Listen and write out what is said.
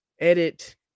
edit